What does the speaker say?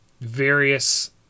various